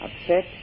upset